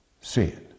sin